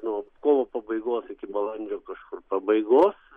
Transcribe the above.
nuo kovo pabaigos iki balandžio kažkur pabaigos